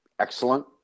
Excellent